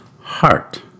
heart